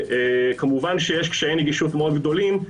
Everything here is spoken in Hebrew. כמובן שיש קשיי נגישות מאוד גדולים,